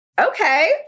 Okay